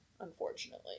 unfortunately